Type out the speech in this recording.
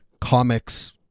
comics